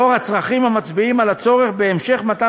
לאור הצרכים המצביעים על הצורך בהמשך מתן